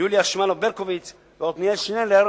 יוליה שמאלוב-ברקוביץ ועתניאל שנלר,